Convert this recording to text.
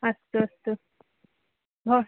अस्तु अस्तु भव्